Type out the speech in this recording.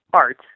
art